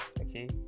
okay